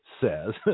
says